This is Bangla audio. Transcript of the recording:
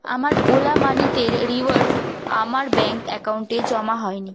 আমার ওলা মানিতের রিওয়ার্ড আমার ব্যাঙ্ক অ্যাকাউন্টে জমা হয়নি